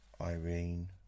Irene